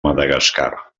madagascar